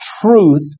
truth